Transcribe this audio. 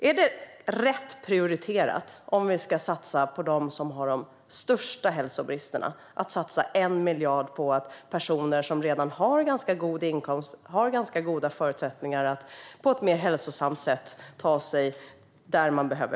Är det rätt prioriterat, om vi ska satsa på dem som har de största hälsobristerna, att satsa 1 miljard på personer som redan har en ganska god inkomst och ganska goda förutsättningar att på ett mer hälsosamt sätt ta sig dit de behöver?